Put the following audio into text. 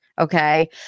okay